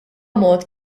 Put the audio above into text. mod